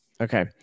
Okay